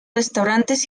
restaurantes